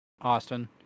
Austin